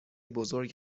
بزرگ